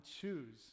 choose